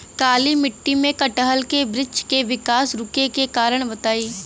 काली मिट्टी में कटहल के बृच्छ के विकास रुके के कारण बताई?